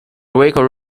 greco